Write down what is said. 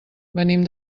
venim